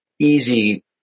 easy